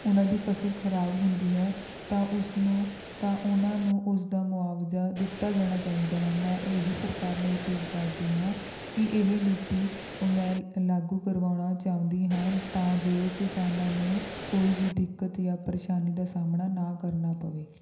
ਉਨ੍ਹਾਂ ਦੀ ਫਸਲ ਖਰਾਬ ਹੁੰਦੀ ਹੈ ਤਾਂ ਉਸ ਨੂੰ ਤਾਂ ਉਹਨਾਂ ਨੂੰ ਉਸ ਦਾ ਮੁਆਵਜ਼ਾ ਦਿੱਤਾ ਜਾਣਾ ਚਾਹੀਦਾ ਹੈ ਮੈਂ ਇਹੀ ਸਰਕਾਰ ਨੂੰ ਅਪੀਲ ਕਰਦੀ ਹਾਂ ਕਿ ਇਹ ਨੀਤੀ ਮੈਂ ਲਾਗੂ ਕਰਵਾਉਣਾ ਚਾਹੁੰਦੀ ਹਾਂ ਤਾਂ ਜੋ ਕਿਸਾਨਾਂ ਨੂੰ ਕੋਈ ਵੀ ਦਿੱਕਤ ਜਾਂ ਪ੍ਰੇਸ਼ਾਨੀ ਦਾ ਸਾਹਮਣਾ ਨਾ ਕਰਨਾ ਪਵੇ